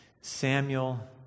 Samuel